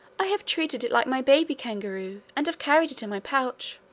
i have treated it like my baby kangaroo, and have carried it in my pouch.